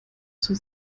zur